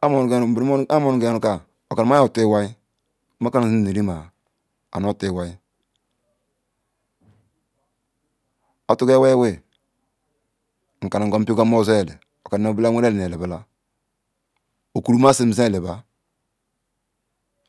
ah moruga iru ka oka nna ma yoor tu wai mekaru nzim nu rima anota lwai atugal lwai nkana pio gam ozu eli okanum nu bula weru eli nu eliba okwuru masim ze eliba